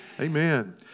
Amen